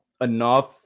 enough